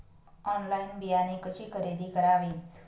Online बियाणे कशी खरेदी करावीत?